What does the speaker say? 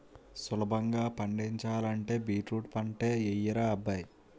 సులభంగా పండించాలంటే బీట్రూట్ పంటే యెయ్యరా అబ్బాయ్